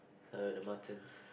so the Muttons